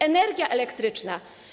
Energia elektryczna.